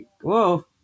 whoa